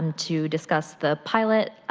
to discuss the pilot.